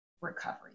recovery